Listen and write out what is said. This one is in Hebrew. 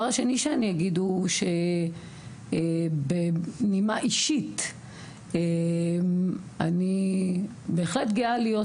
השני שאני אגיד הוא שבנימה אישית אני בהחלט גאה להיות